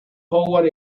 howard